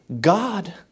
God